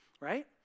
right